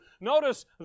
Notice